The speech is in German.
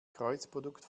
kreuzprodukt